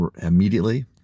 immediately